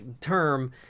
term